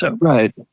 Right